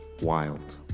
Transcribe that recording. Wild